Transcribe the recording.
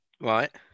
Right